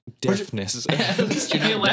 deafness